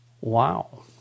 Wow